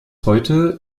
heute